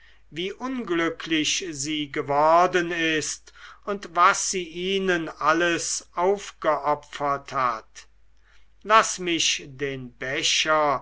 wie unglücklich sie geworden ist und was sie ihnen alles aufgeopfert hat laß mich den becher